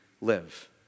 live